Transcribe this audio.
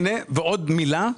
עוד מילה.